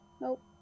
Nope